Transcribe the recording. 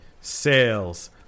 sales